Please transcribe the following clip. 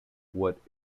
what